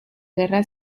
guerra